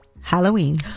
halloween